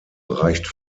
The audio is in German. reicht